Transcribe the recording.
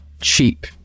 cheap